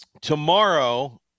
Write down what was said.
tomorrow